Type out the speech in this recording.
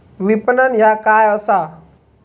विपणन ह्या काय असा?